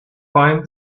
find